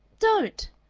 don't!